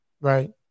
Right